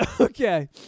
Okay